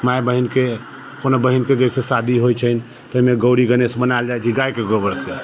माय बहिनके कोनो बहिनके जैसे शादी होइत छनि ताहिमे गौड़ी गणेश बनाओल जाइत छै गायके गोबर से